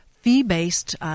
fee-based